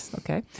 Okay